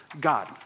God